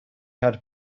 had